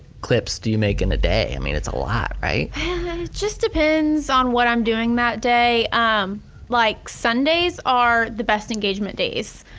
clips do you make in a day? i mean it's a lot right? it and and just depends on what i'm doing that day. um like sundays are the best engagement days.